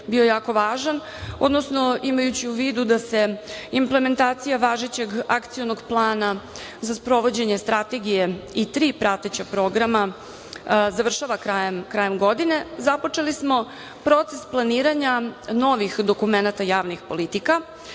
bio jako važan, odnosno imajući u vidu da se implementacija važećeg Akcionog plana za sprovođenje strategije i tri prateća programa, završava krajem godine, započeli smo proces planiranja novih dokumenata javnih politika,